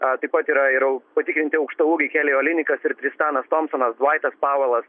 a taip pat yra ir jau patikrinti aukštaūgiai kelio linikas ir tristanas tompsonas dvaitas pauvelas